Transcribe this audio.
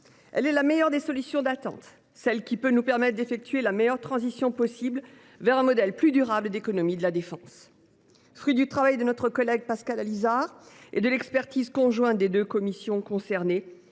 texte est la meilleure des solutions d’attente, celle qui peut nous permettre d’effectuer la meilleure transition possible vers un modèle plus durable d’économie de la défense. Fruit du travail de notre collègue Pascal Allizard et de l’expertise conjointe des deux commissions concernées,